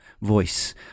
voice